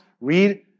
read